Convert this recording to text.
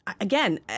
again